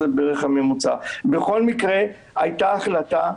בכל מקרה הייתה החלטה,